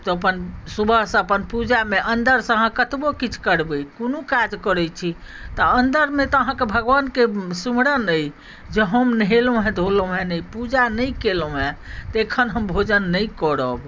तऽ अपन सुबहसँ अपन पूजामे अन्दरसँ अहाँ कतबो किछु करबै कओनो काज करैत छी तऽ अन्दरमे तऽ अहाँकेँ भगवानके सिमरन अछि जे हम नहेलहुँ हँ धोलहुँ हँ नहि पूजा नहि केलहुँ हँ तऽ एखन हम भोजन नहि करब